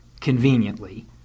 conveniently